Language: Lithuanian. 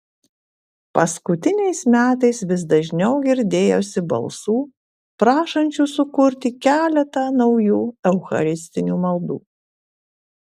paskutiniais metais vis dažniau girdėjosi balsų prašančių sukurti keletą naujų eucharistinių maldų